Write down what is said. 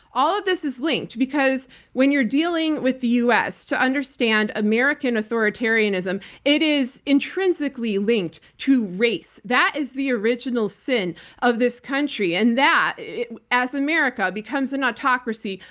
all of this is linked because when you're dealing with the us, to understand american authoritarianism, it is intrinsically linked to race. that is the original sin of this country, and that, as america becomes an autocracy,